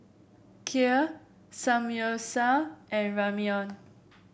Kheer Samgyeopsal and Ramyeon